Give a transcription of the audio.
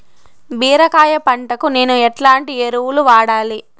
బీరకాయ పంటకు నేను ఎట్లాంటి ఎరువులు వాడాలి?